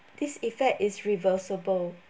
this effect is reversible